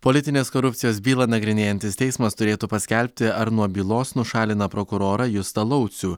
politinės korupcijos bylą nagrinėjantis teismas turėtų paskelbti ar nuo bylos nušalina prokurorą justą laucių